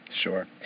Sure